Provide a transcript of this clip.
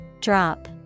Drop